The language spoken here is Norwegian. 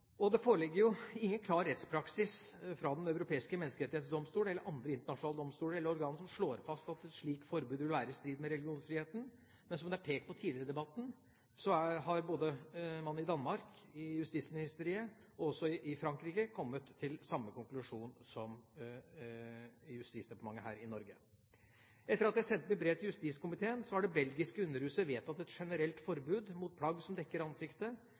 Det foreligger jo ingen klar rettspraksis fra Den europeiske menneskerettsdomstol eller andre internasjonale domstoler eller organer som slår fast at et slikt forbud vil være i strid med religionsfriheten. Men som det er pekt på tidligere i debatten, har man både i Danmark, i Justisministeriet, og også i Frankrike kommet til samme konklusjon som Justisdepartementet her i Norge. Etter at jeg sendte mitt brev til justiskomiteen, har det belgiske underhuset vedtatt et generelt forbud mot plagg som dekker ansiktet,